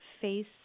face